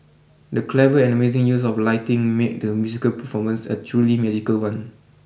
the clever and amazing use of lighting made the musical performance a truly magical one